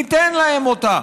ניתן להם אותם,